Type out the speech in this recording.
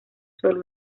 solo